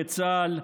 בצה"ל,